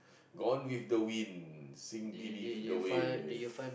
gone with the wind sink beneath the wave